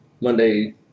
Monday